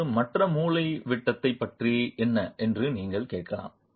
இப்போது மற்ற மூலைவிட்டத்தைப் பற்றி என்ன என்று நீங்கள் கேட்கலாம்